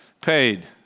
paid